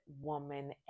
Woman